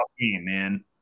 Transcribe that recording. man